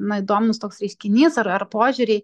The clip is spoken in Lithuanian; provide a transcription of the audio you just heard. na įdomus toks reiškinys ar ar požiūriai